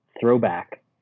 Throwback